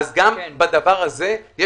אני לא אוהב את הסגנון הזה.